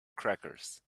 crackers